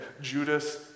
Judas